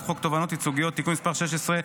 חוק תובענות ייצוגיות (תיקון מס' 16),